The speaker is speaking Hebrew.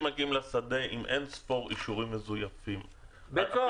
מגיעים לשדה עם אין ספור אישורים מזויפים -- בית סוהר.